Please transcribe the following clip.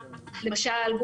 למשל,